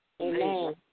Amen